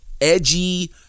edgy